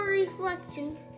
reflections